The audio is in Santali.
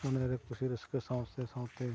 ᱢᱚᱱᱮ ᱨᱮ ᱠᱩᱥᱤ ᱨᱟᱹᱥᱠᱟᱹ ᱥᱟᱶᱛᱮ ᱥᱟᱶᱛᱮ